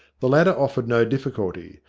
the ladder offered no difficulty,